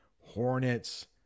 hornets